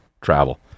travel